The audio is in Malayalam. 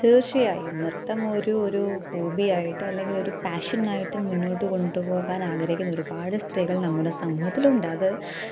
തീര്ച്ചയായും നൃത്തം ഒരു ഒരു ഹോബി ആയിട്ട് അല്ലെങ്കില് ഒരു പാഷന് ആയിട്ട് മുന്നോട്ട് കൊണ്ടുപോകാന് ആഗ്രഹിക്കുന്ന ഒരുപാട് സ്ത്രീകള് നമ്മുടെ സമൂഹത്തിലുണ്ട് അത്